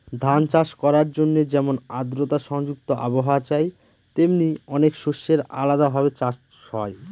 ধান চাষ করার জন্যে যেমন আদ্রতা সংযুক্ত আবহাওয়া চাই, তেমনি অনেক শস্যের আলাদা ভাবে চাষ হয়